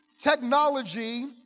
technology